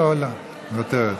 מוותרת